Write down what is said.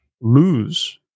lose